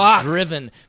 driven